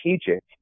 strategic